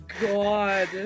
god